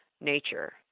nature